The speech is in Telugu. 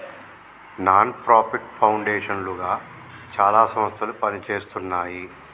నాన్ ప్రాఫిట్ పౌండేషన్ లుగా చాలా సంస్థలు పనిజేస్తున్నాయి